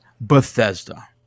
Bethesda